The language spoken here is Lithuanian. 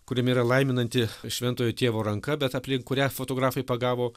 kuriame yra laiminanti šventojo tėvo ranka bet aplink kurią fotografai pagavo